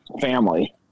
family